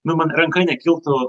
nu man ranka nekiltų